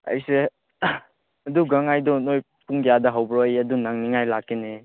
ꯑꯩꯁꯦ ꯑꯗꯨ ꯒꯥꯟ ꯉꯥꯏꯗꯣ ꯅꯣꯏ ꯄꯨꯡ ꯀꯌꯥꯗ ꯍꯧꯕ꯭ꯔꯣ ꯑꯩ ꯑꯗꯨ ꯅꯪꯅꯤꯉꯥꯏ ꯂꯥꯛꯀꯦꯅꯦ